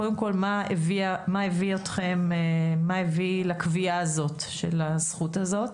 קודם כל מה הביא לקביעה הזאת של הזכות הזאת?